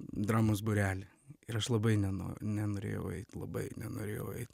dramos būrelį ir aš labai neno nenorėjau labai nenorėjau eit